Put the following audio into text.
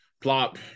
plop